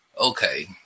Okay